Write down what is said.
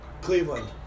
Cleveland